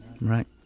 Right